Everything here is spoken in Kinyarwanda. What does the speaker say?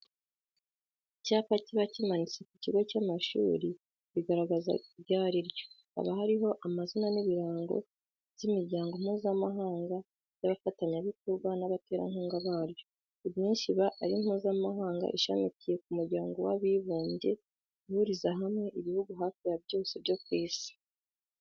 Ku cyapa kiba kimanitse ku kigo cy'amashuri bigaragaza iryo ari ryo, haba hariho n'amazina n'ibirango by'imiryango mpuzamahanga y'abafatanyabikorwa n'abaterankunga baryo; imyinshi iba ari mpuzamahanga ishamikiye ku muryango w'abibumbye, uhuriza hamwe ibihugu hafi ya byose byo ku isi.